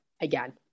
again